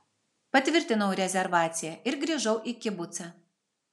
patvirtinau rezervaciją ir grįžau į kibucą